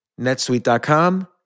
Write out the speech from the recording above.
netsuite.com